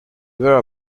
where